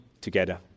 together